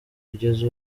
kugeza